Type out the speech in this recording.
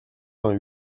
vingt